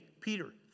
Peter